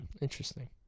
interesting